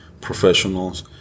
Professionals